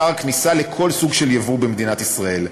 שער כניסה לכל סוג של יבוא במדינת ישראל.